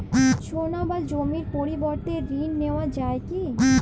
সোনা বা জমির পরিবর্তে ঋণ নেওয়া যায় কী?